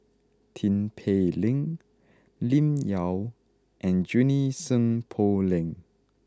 Tin Pei Ling Lim Yau and Junie Sng Poh Leng